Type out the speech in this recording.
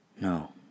no